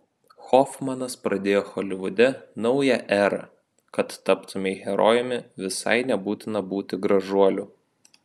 hofmanas pradėjo holivude naują erą kad taptumei herojumi visai nebūtina būti gražuoliu